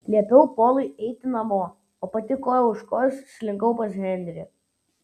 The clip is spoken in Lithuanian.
liepiau polui eiti namo o pati koja už kojos slinkau pas henrį